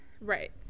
Right